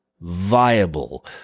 viable